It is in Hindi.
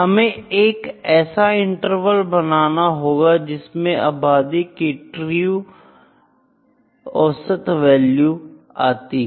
हमें एक ऐसा इंटरवल बनाना होगा जिसमें आबादी की ट्री औसत वैल्यू आती हो